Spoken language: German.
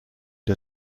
der